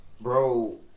Bro